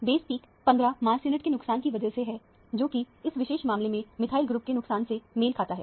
base peak 15 mass unit के नुकसान की वजह से है जो कि इस विशेष मामले में मिथाइल ग्रुप के नुकसान से मेल खाता है